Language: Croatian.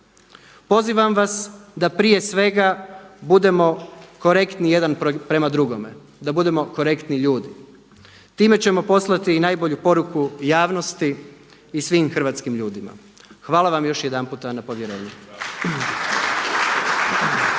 Pozivam vas da prije svega budemo korektni jedan prema drugome, da budemo korektni ljudi. Time ćemo poslati najbolju poruku javnosti i svim hrvatskim ljudima. Hvala vam još jedanputa na povjerenju.